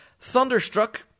Thunderstruck